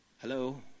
Hello